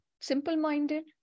simple-minded